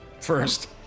First